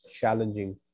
challenging